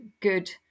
good